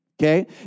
Okay